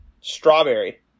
strawberry